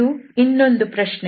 ಇದು ಇನ್ನೊಂದು ಪ್ರಶ್ನೆ